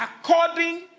according